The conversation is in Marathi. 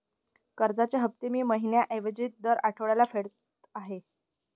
कर्जाचे हफ्ते मी महिन्या ऐवजी दर आठवड्याला फेडत आहे